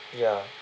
ya